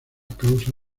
causa